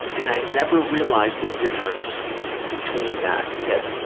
and i'd never realized the difference between that, that